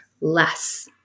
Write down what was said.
less